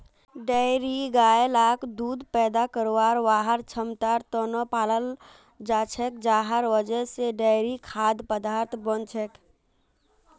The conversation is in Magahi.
डेयरी गाय लाक दूध पैदा करवार वहार क्षमतार त न पालाल जा छेक जहार वजह से डेयरी खाद्य पदार्थ बन छेक